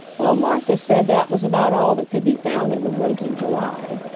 while martha said that was about all that could be found in the woods in july.